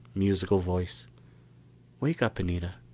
musical voice wake up, anita,